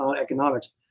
economics